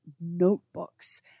notebooks